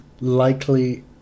...likely